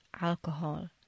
alcohol